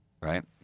Right